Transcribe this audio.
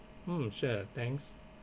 mm sure thanks